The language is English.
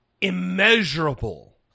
immeasurable